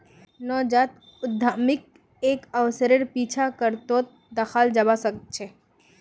नवजात उद्यमीक एक अवसरेर पीछा करतोत दखाल जबा सके छै